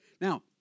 Now